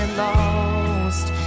lost